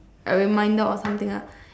a reminder on something lah